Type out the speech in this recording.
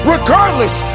Regardless